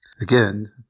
Again